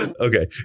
Okay